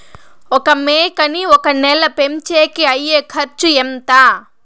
ఒక మేకని ఒక నెల పెంచేకి అయ్యే ఖర్చు ఎంత?